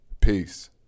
Peace